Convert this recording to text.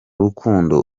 rukundo